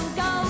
go